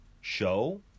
show